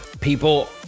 people